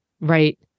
right